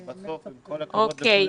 בסף, עם כל הכבוד לכולם,